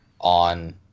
on